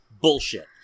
Bullshit